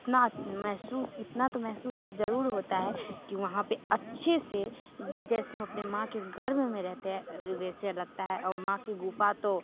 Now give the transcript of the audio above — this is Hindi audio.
इतना महसूस इतना तो महसूस ज़रूर होता है कि वहाँ पर अच्छे से जैसे हम अपनी माँ के गर्भ में रहते हैं वैसे लगता है और माँ की गुफ़ा तो